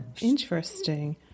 Interesting